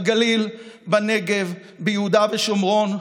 בגליל, בנגב, ביהודה ושומרון,